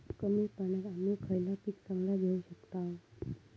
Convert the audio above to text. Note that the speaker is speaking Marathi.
कमी पाण्यात आम्ही खयला पीक चांगला घेव शकताव?